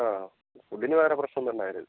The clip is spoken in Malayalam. ആണോ ഫുഡിന് വേറെ പ്രശ്നമൊന്നും ഉണ്ടായിട്ടില്ല